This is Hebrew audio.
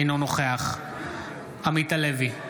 אינו נוכח עמית הלוי,